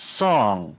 song